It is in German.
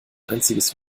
einziges